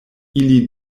ili